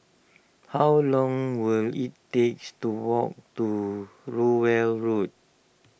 how long will it takes to walk to Rowell Road